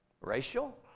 Racial